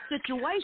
situation